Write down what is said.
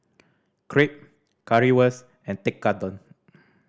Crepe Currywurst and Tekkadon